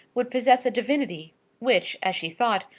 would possess a divinity which, as she thought,